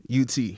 UT